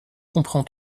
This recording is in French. comprend